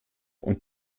und